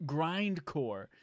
Grindcore